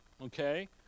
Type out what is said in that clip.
Okay